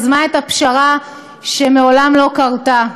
יזמה את הפשרה שמעולם לא קרתה,